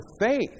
faith